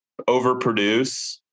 overproduce